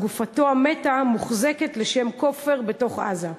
וגופתו המתה מוחזקת לשם כופר בתוך עזה.